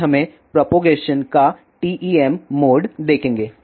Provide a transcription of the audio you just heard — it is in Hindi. पहले हमें प्रोपागेशन का TEM मोड देखेंगे